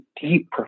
deep